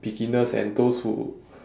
beginners and those who